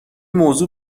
موضوع